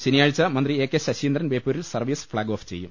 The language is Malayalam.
ശനിയാഴ്ച മന്ത്രി എ കെ ശശീന്ദ്രൻ ബേപ്പൂരിൽ സർവ്വീസ് ഫ്ളാഗ് ഓഫ് ചെയ്യും